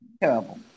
terrible